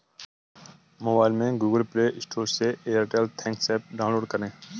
mobile में Google play store से Airtel thanks app download करें